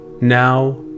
now